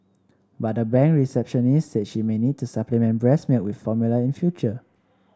but the bank receptionist said she may need to supplement breast milk with formula in future